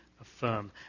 affirm